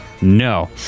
No